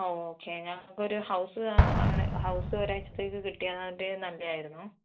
okay ഞങ്ങൾക്കൊരു house ആണ് house ഒരാഴ്ചത്തേക്ക് കിട്ടിയാൽ നല്ലതായിരുന്നു